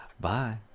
bye